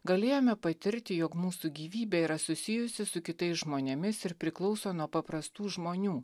galėjome patirti jog mūsų gyvybė yra susijusi su kitais žmonėmis ir priklauso nuo paprastų žmonių